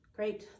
Great